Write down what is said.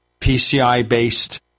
PCI-based